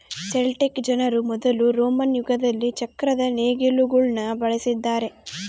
Celtic ಜನರು ಮೊದಲು Roman ಯುಗದಲ್ಲಿ ಚಕ್ರದ ನೇಗಿಲುಗುಳ್ನ ಬಳಸಿದ್ದಾರೆ